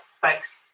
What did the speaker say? Thanks